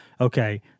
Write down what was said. okay